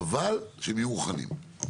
אבל, שהם יהיו מוכנים.